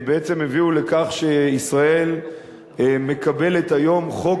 בעצם הביא לכך שישראל מקבלת היום חוק